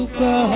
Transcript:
go